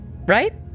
Right